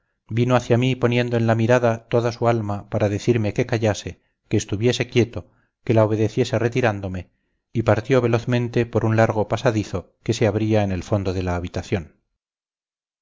vino hacia mí poniendo en la mirada toda su alma para decirme que callase que estuviese quieto que la obedeciese retirándome y partió velozmente por un largo pasadizo que se abría en el fondo de la habitación